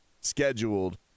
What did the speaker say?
scheduled